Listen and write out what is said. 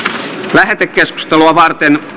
lähetekeskustelua varten